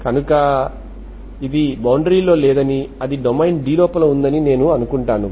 కనుక ఇది బౌండరీలో లేదని అది డొమైన్ D లోపల ఉందని నేను అనుకుంటాను